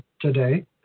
today